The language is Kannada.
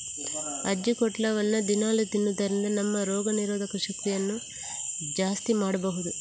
ಅಜ್ಜಿಕೊಟ್ಲವನ್ನ ದಿನಾಲೂ ತಿನ್ನುದರಿಂದ ನಮ್ಮ ರೋಗ ನಿರೋಧಕ ಶಕ್ತಿಯನ್ನ ಜಾಸ್ತಿ ಮಾಡ್ಬಹುದು